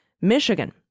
Michigan